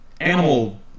animal